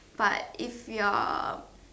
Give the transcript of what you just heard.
but if you're